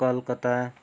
Calcutta